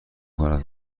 کند